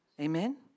amen